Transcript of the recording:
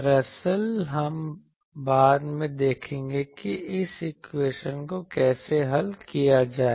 दरअसल हम बाद में देखेंगे कि इस इक्वेशन को कैसे हल किया जाए